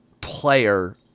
player